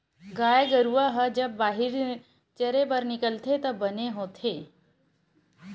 गाय गरूवा ह जब बाहिर चरे बर निकलथे त बने होथे